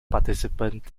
participant